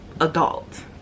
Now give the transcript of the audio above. adult